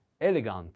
elegant